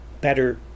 better